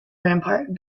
rampart